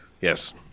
Yes